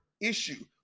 issue